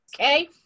okay